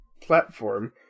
platform